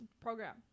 program